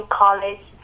college